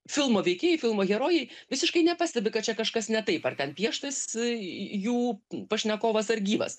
filmo veikėjai filmo herojai visiškai nepastebi kad čia kažkas ne taip ar ten pieštas jų pašnekovas ar gyvas